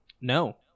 No